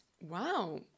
Wow